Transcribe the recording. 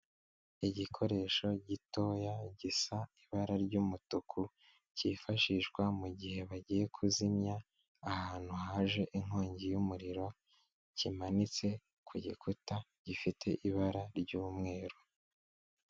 Igikoresho gitoya gisa ibara ry'umutuku cyifashishwa mu gihe bagiye kuzimya ahantu haje inkongi y'umuriro kimanitse ku gikuta gifite ibara ry'umweru.